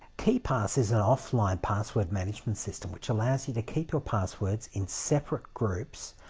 keepass is an offline password management system, which allows you to keep your passwords in separate groups,